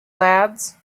lads